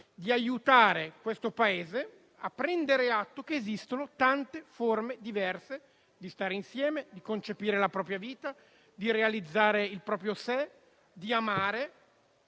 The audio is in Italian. di aiutare questo Paese a prendere atto che esistono tante forme diverse di stare insieme, di concepire la propria vita, di realizzare il proprio sé, di amare